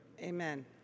Amen